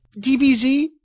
DBZ